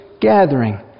gathering